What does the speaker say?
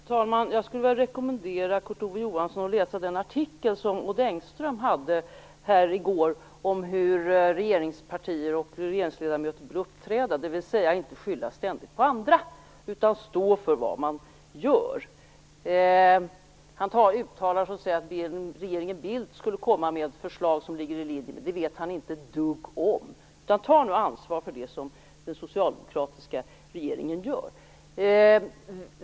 Fru talman! Jag skulle vilja rekommendera Kurt Ove Johansson att läsa Odd Engströms artikel i går om hur regeringspartier och regeringsledamöter inte bör uppträda, dvs. att inte ständigt skylla på andra utan stå för vad man gör. Bildt skulle komma med ett förslag som ligger i linje med den föreslagna förändringen. Detta vet han inte ett dugg om. Tag nu ansvar för det som den socialdemokratiska regeringen gör!